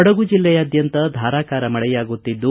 ಕೊಡಗು ಜಿಲ್ಲೆಯಾದ್ಯಂತ ಧಾರಾಕಾರ ಮಳೆಯಾಗುತ್ತಿದ್ದು